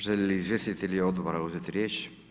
Žele li izvjestitelji odbora uzeti riječ?